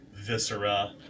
viscera